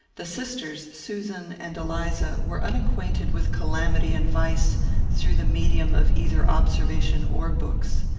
the sisters, susan and eliza, were unacquainted with calamity and vice through the medium of either observation or books.